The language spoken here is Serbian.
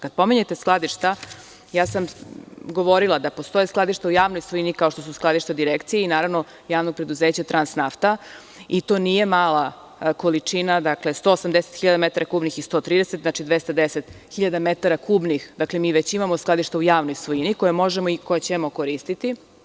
Kad pominjete skladišta, ja sam govorila da postoje skladišta u javnoj svojini kao što su skladišta Direkcije i javnog preduzeća „Transnafta“ i to nije mala količina, dakle, 180 hiljada metara kubnih i 130 hiljada metara kubnih, znači, 210 hiljada metara kubnih mi već imamo skladišta u javnoj svojini koja možemo i koja ćemo koristiti.